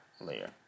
layer